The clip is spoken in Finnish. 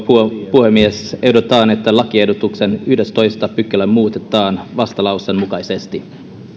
puhemies ehdotan että lakiehdotuksen yhdestoista pykälä muutetaan vastalauseen mukaisesti